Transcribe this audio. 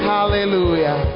Hallelujah